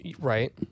Right